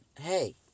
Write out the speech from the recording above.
hey